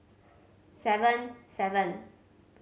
seven seven